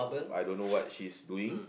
oh I don't know what she's doing